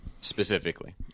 Specifically